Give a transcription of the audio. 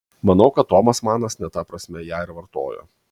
manau kad tomas manas ne ta prasme ją ir vartojo